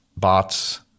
Bots